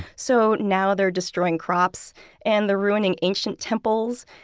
so now they're destroying crops and they're ruining ancient temples.